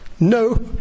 no